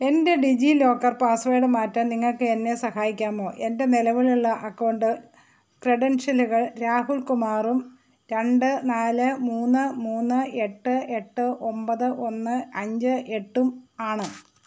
എൻ്റെ DigiLocker password മാറ്റാൻ നിങ്ങൾക്ക് എന്നെ സഹായിക്കാമോ എൻ്റെ നിലവിലുള്ള അക്കൌണ്ട് ക്രെഡൻഷ്യലുകൾ രാഹുൽ കുമാറും രണ്ട് നാല് മൂന്ന് മൂന്ന് എട്ട് എട്ട് ഒൻപത് ഒന്ന് അഞ്ച് എട്ടും ആണ്